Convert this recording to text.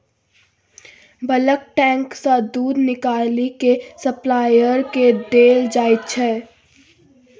bulk tank सँ दुध निकालि केँ सप्लायर केँ देल जाइत छै